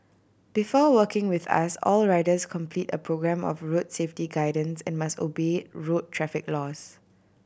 before working with us all riders complete a programme of road safety guidance and must obey road traffic laws